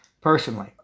personally